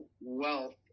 wealth